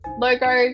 logo